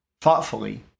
thoughtfully